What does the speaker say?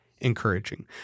encouraging